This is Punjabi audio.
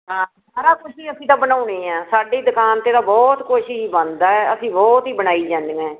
ਹਾਂ ਸਾਰਾ ਕੁਛ ਹੀ ਅਸੀਂ ਤਾਂ ਬਣਾਉਣਦੇ ਹੈ ਸਾਡੀ ਦੁਕਾਨ 'ਤੇ ਤਾਂ ਬਹੁਤ ਕੁਛ ਹੀ ਬਣਦਾ ਹੈ ਅਸੀਂ ਬਹੁਤ ਹੀ ਬਣਾਈ ਜਾਂਦੀਆਂ ਹੈ